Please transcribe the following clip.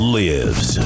lives